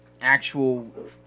actual